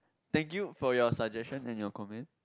thank you for your suggestion and your comment